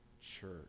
church